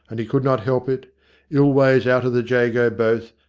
and he could not help it ill ways out of the jago, both,